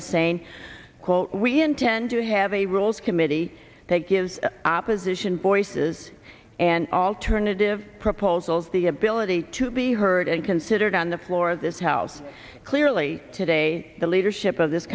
saying quote we intend to have a rules committee that gives opposition voices and alternative proposals the ability to be heard and considered on the floor of this house clearly today the leadership of this